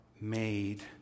made